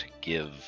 give